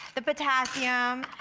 the potassium.